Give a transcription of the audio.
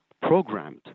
programmed